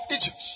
Egypt